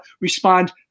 respond